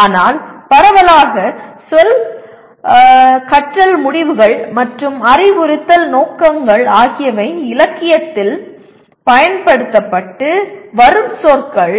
ஆனால் பரவலாக சொல் கற்றல் முடிவுகள் மற்றும் அறிவுறுத்தல் நோக்கங்கள் ஆகியவை இலக்கியத்தில் பயன்படுத்தப்பட்டு வரும் சொற்கள்